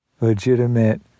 legitimate